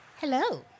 Hello